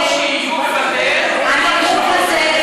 במקום שיהיו בבתיהם הנימוק הזה,